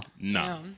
No